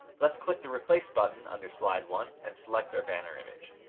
let's click the replace button under slide one and select our banner image.